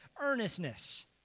Earnestness